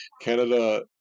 canada